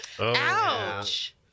Ouch